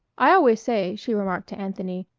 i always say, she remarked to anthony,